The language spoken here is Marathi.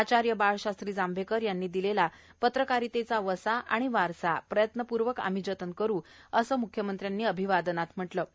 आचार्य बाळशास्त्री जांभेकर यांनी दिलेला पत्रकारितेचा वसा आणि वारसा प्रयत्नपूर्वक जतन करू या असंही मुख्यमंत्र्यांनी अभिवादनात म्हटलं आहे